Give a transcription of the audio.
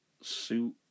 suit